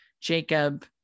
Jacob